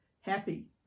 happy